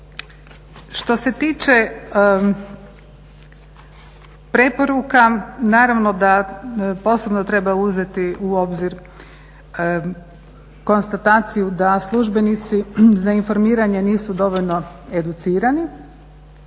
Što se tiče preporuka, naravno da posebno treba uzeti u obzir konstataciju da službenici za informiranje nisu dovoljno educirani.